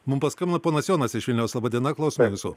mums paskambino ponas jonas iš vilniaus laba diena klausome jūsų